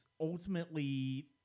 ultimately